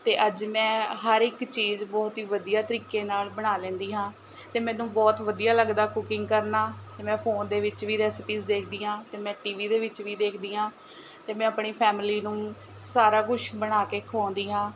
ਅਤੇ ਅੱਜ ਮੈਂ ਹਰ ਇੱਕ ਚੀਜ਼ ਬਹੁਤ ਹੀ ਵਧੀਆ ਤਰੀਕੇ ਨਾਲ਼ ਬਣਾ ਲੈਂਦੀ ਹਾਂ ਅਤੇ ਮੈਨੂੰ ਬਹੁਤ ਵਧੀਆ ਲੱਗਦਾ ਕੁਕਿੰਗ ਕਰਨਾ ਅਤੇ ਮੈਂ ਫ਼ੋਨ ਦੇ ਵਿੱਚ ਵੀ ਰੈਸੀਪੀਜ਼ ਦੇਖਦੀ ਹਾਂ ਅਤੇ ਮੈਂ ਟੀ ਵੀ ਦੇ ਵਿੱਚ ਵੀ ਦੇਖਦੀ ਹਾਂ ਅਤੇ ਮੈਂ ਆਪਣੀ ਫੈਮਿਲੀ ਨੂੰ ਸਾਰਾ ਕੁਛ ਬਣਾ ਕੇ ਖਵਾਉਂਦੀ ਹਾਂ